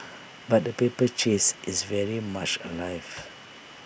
but the paper chase is very much alive